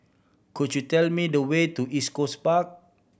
could you tell me the way to East Coast Park